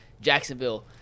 Jacksonville